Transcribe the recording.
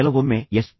ಕೆಲವೊಮ್ಮೆ ಎಸ್